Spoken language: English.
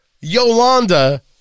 Yolanda